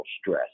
stress